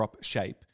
shape